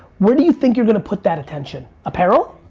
where do you think you're gonna put that attention? apparel?